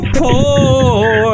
poor